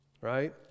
right